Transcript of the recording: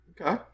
Okay